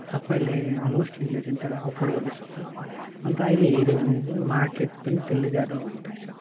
सबैले मोस्टलीले चाहिँ त्यसलाई अफोर्ड गर्नुसक्छ अन्त अहिले हेऱ्यो भने जुन मार्केट पनि त्यसले ज्यादा ओगटेको छ